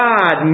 God